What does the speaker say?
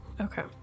okay